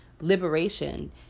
liberation